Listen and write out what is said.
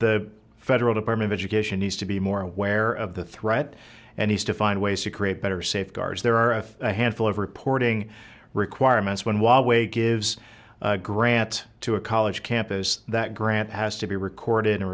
the federal department of education needs to be more aware of the threat and he's to find ways to create better safeguards there are a handful of reporting requirements one walk away gives a grant to a college campus that grant has to be recorded and